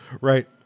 Right